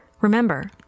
Remember